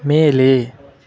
ಮೇಲೆ